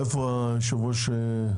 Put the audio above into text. איפה היושב ראש?